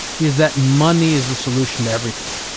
is that money is the solution to everything.